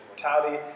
mortality